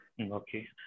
Okay